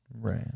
Right